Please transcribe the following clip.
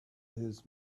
his